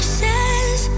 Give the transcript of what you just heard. says